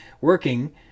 working